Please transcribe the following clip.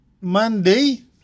Monday